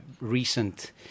recent